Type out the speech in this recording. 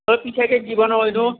এ পিঠা কেনেকৈ বনায় নো